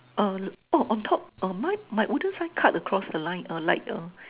err oh on top uh my my wooden sign cut across the line uh like uh